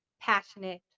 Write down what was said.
passionate